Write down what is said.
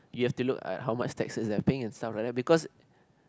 you have to look at how much taxes they are paying and stuff like that because